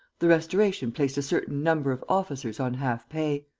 the restoration placed a certain number of officers on half-pay.